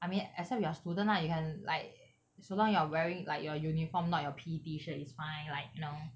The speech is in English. I mean except we are student lah we can like so long you're wearing like your uniform not your P_T shirt is fine like you know